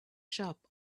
shop